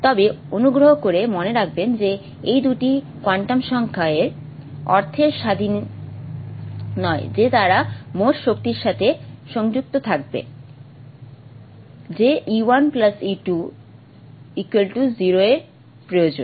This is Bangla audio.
তবে অনুগ্রহ করে মনে রাখবেন যে এই দুটি কোয়ান্টাম সংখ্যা এই অর্থের স্বাধীন নয় যে তারা মোট শক্তির সাথে সংযুক্ত থাকবে যে E1 E 2 E এর প্রয়োজন